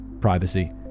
privacy